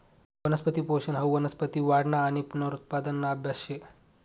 वनस्पती पोषन हाऊ वनस्पती वाढना आणि पुनरुत्पादना आभ्यास शे